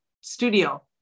studio